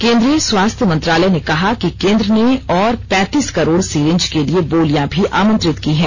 केंद्रीय स्वास्थ्य मंत्रालय ने कहा कि केंद्र ने और पैंतीस करोड़ सीरिंज के लिए बोलियां भी आमंत्रित की हैं